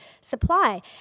supply